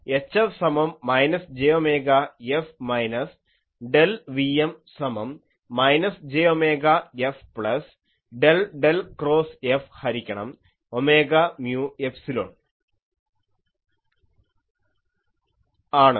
HFസമം minus j omega F minus del Vm സമം minus j omega F plus del del cross F ഹരിക്കണം omega mu epsilon ആണ്